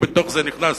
ובתוך זה נכנס